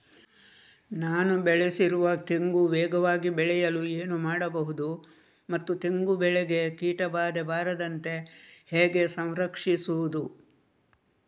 ನಾನು ಬೆಳೆಸಿರುವ ತೆಂಗು ವೇಗವಾಗಿ ಬೆಳೆಯಲು ಏನು ಮಾಡಬಹುದು ಮತ್ತು ತೆಂಗು ಬೆಳೆಗೆ ಕೀಟಬಾಧೆ ಬಾರದಂತೆ ಹೇಗೆ ಸಂರಕ್ಷಿಸುವುದು?